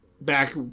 back